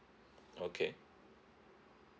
okay